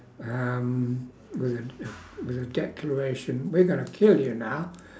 um with a with a declaration we're gonna kill you now